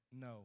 No